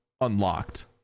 unlocked